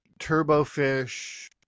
Turbofish